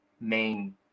main